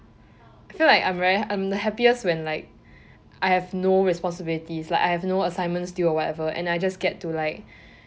I feel like I am very I am the happiest when like I have no responsibilities like I have no assignments still or whatever and I just get to like